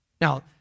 Now